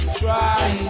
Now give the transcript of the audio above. try